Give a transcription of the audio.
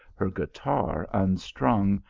her guitar unstrung,